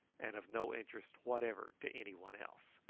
and of no interest whatever to anyone else.